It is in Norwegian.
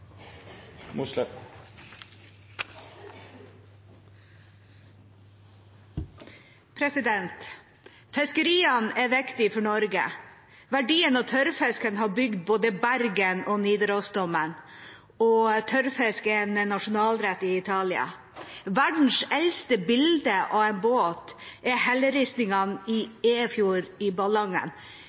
usosiale. Fiskeriene er viktig for Norge. Verdien av tørrfisken har bygd både Bergen og Nidarosdomen – og tørrfisk er en nasjonalrett i Italia. Verdens eldste bilde av en båt, helleristningene i Efjord i Ballangen,